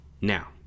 Now